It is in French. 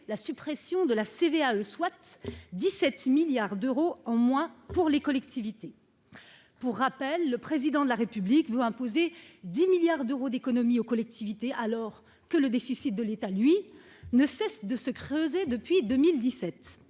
des entreprises (CVAE), soit 17 milliards d'euros en moins pour les collectivités. Pour rappel, le Président de la République veut leur imposer 10 milliards d'euros d'économie, alors même que le déficit de l'État, lui, ne cesse de se creuser depuis 2017